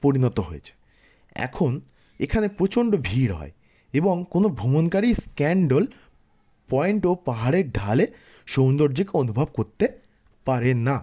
পরিণত হয়েছে এখন এখানে প্রচণ্ড ভিড় হয় এবং কোনো ভ্রমণকারী স্ক্যান্ডল পয়েন্টও পাহাড়ের ঢালে সৌন্দর্যিক অনুভব করতে পারে না